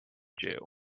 jew